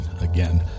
Again